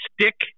stick